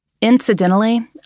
Incidentally